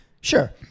Sure